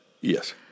Yes